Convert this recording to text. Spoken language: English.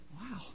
Wow